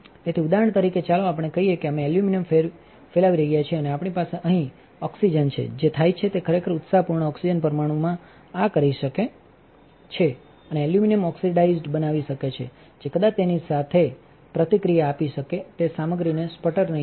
તેથી ઉદાહરણ તરીકે ચાલો આપણે કહીએ કે અમે એલ્યુમિનિયમ ફેલાવી રહ્યા છીએ અને આપણી પાસે અહીં oxygenક્સિજન છે જે થાય છે તેખરેખર ઉત્સાહપૂર્ણ ઓક્સિજન પરમાણુ આ કરી શકે છે અને એલ્યુમિનિયમ oxક્સાઇડ બનાવી શકે છે જે કદાચ તેની સાથે પ્રતિક્રિયા આપી શકે તે સામગ્રીને સ્પટર નહીં કરે